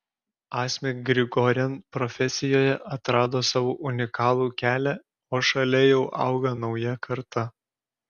asmik grigorian profesijoje atrado savo unikalų kelią o šalia jau auga nauja karta